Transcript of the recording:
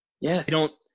Yes